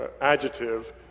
adjective